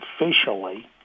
officially